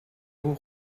vous